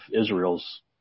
Israel's